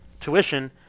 tuition